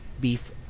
beef